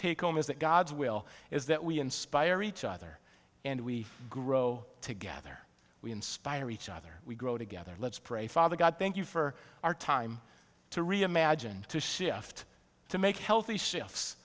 take home is that god's will is that we inspire each other and we grow together we inspire each other we grow together let's pray father god thank you for our time to reimagine to shift to make healthy shifts